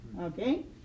okay